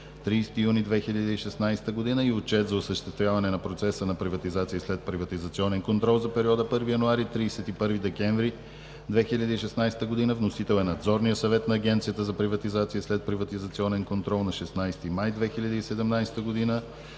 30 юни 2016 г. и Отчет за осъществяване на процеса на приватизация и следприватизационен контрол за периода 1 януари – 31 декември 2016 г. Вносител: Надзорният съвет на Агенцията за приватизация и следприватизационен контрол на 16 май 2017 г.